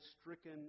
stricken